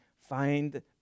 find